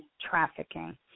trafficking